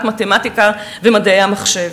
אז בואו נציג מחדש